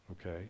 Okay